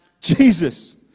Jesus